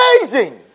amazing